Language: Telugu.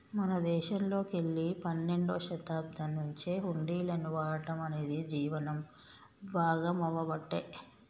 మన దేశంలోకెల్లి పన్నెండవ శతాబ్దం నుంచే హుండీలను వాడటం అనేది జీవనం భాగామవ్వబట్టే